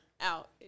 out